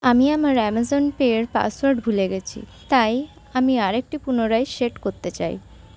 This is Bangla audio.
আমি আমার আমাজনপে র পাসওয়ার্ড ভুলে গেছি তাই আমি আরেকটি পুনরায় সেট করতে চাই